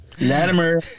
Latimer